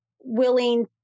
willing